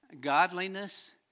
godliness